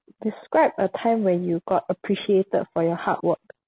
describe a time where you got appreciated for your hard work